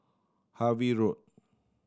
Harvey Road